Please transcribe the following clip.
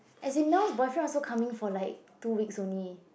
as in Mel's boyfriend also coming for like two weeks only